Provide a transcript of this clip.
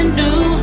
new